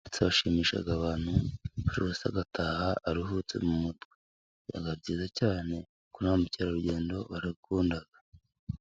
ndetse bashimisha abantu, buri wese agataha aruhutse mu mutwe, byaga byiza cyane kuko ba mukerarugendo barabikunda.